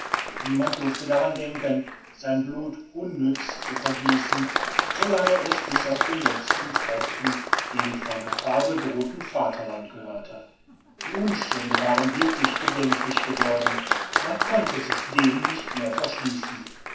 niemand durfte daran denken sein blut unnütz zu vergießen so lange es bis auf den letzten tropfen dem von gefahr bedrohten vaterland gehörte die umstände waren wirklich bedenklich geworden man konnte sich dem nicht mehr verschließen